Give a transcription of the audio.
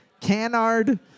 canard